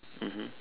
mmhmm